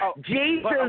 Jesus